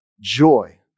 joy